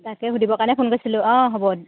তাকে সুধিবৰ কাৰণে ফোন কৰিছিলোঁ অঁ হ'ব